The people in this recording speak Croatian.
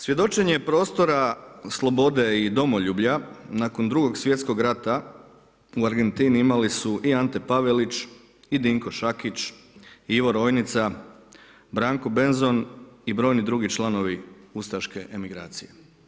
Svjedočenje prostora slobode i domoljublja nakon Drugog svjetskog rata u Argentini imali su i Anti Pavelić i Dinko Šakić, Ivo Rojnica, Branko Benzon i brojni drugi članovi ustaške emigracije.